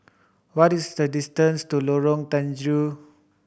what is the distance to Lorong Terigu